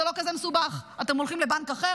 זה לא כזה מסובך: אתם הולכים לבנק אחר,